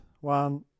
one